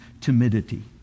timidity